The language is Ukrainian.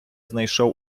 знайшов